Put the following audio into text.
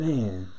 Man